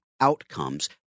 outcomes